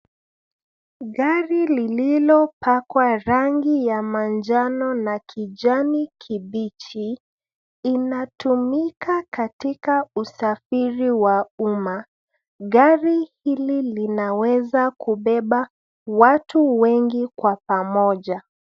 Gari lililopakwa rangi ya manjano na kijani kibichi inatumika katika usafiri wa umma. Gari hili linaweza kubeba watu wengi kwa pamoja.